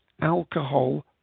Alcohol